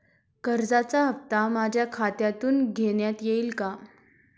कर्जाचा हप्ता माझ्या खात्यातून घेण्यात येईल का?